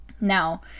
now